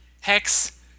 Hex